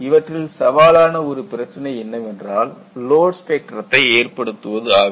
இவற்றில் சவாலான ஒரு பிரச்சினை என்னவென்றால் லோட் ஸ்பெக்ட்ரத்தை ஏற்படுத்துவது ஆகும்